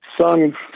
Son